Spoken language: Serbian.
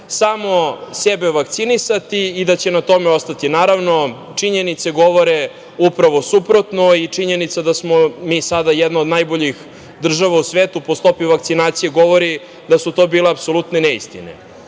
samo sebe vakcinisati i da će na tome ostati. Naravno, činjenice govore upravo suprotno i činjenica da smo mi sada jedna od najboljih država u svetu po stopi vakcinacije govori da su to bile apsolutne neistine. Stav